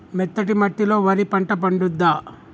మెత్తటి మట్టిలో వరి పంట పండుద్దా?